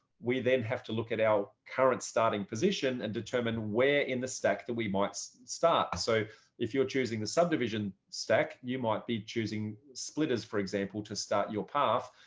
we then have to look at our current starting position and determine where in the stack that we might so start. so if you're choosing the subdivision stack, you might be choosing splitters, for example, to start your path,